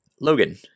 logan